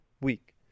week